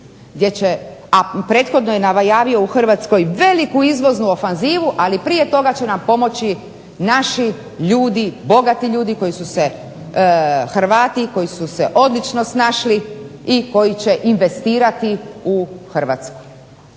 Kanadu, a prethodno je najavio u Hrvatskoj veliku izvoznu ofenzivu. Ali prije toga će nam pomoći naši ljudi, bogati ljudi koji su se, Hrvati koji su se odlučno snašli i koji će investirati u Hrvatsku.